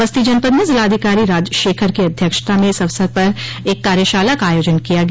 बस्ती जनपद में जिलाधिकारी राजशेखर की अध्यक्षता में इस अवसर पर एक कार्यशाला का आयोजन किया गया